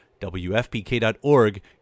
WFPK.org